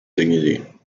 dignity